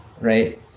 right